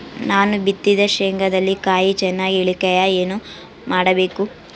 ನಾನು ಬಿತ್ತಿದ ಶೇಂಗಾದಲ್ಲಿ ಕಾಯಿ ಚನ್ನಾಗಿ ಇಳಿಯಕ ಏನು ಮಾಡಬೇಕು?